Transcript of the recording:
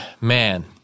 man